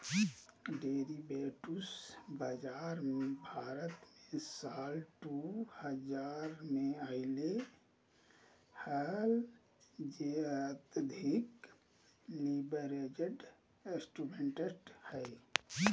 derivatives बाजार भारत मे साल दु हजार मे अइले हल जे अत्यधिक लीवरेज्ड इंस्ट्रूमेंट्स हइ